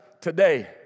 today